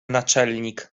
naczelnik